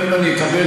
גם אם אני אקבל,